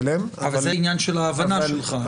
זה עניין של ההבנה שלך.